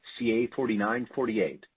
CA4948